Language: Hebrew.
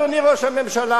אדוני ראש הממשלה,